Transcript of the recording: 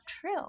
true